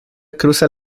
cruza